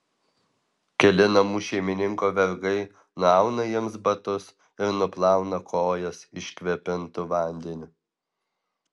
keli namų šeimininko vergai nuauna jiems batus ir nuplauna kojas iškvėpintu vandeniu